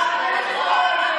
החברה הערבית לא אלימה.